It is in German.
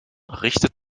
richtet